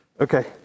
Okay